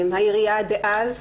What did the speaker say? העירייה דאז,